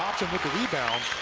hobson with the rebound.